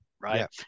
right